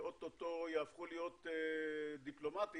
שאוטוטו יהפכו להיות דיפלומטיים,